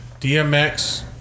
DMX